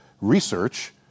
research